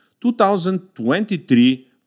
2023